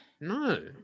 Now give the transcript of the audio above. no